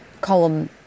column